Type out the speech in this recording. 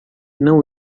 não